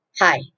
Hi